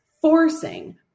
forcing